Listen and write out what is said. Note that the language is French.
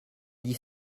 dix